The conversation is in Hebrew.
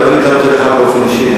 אני העברתי לך באופן אישי,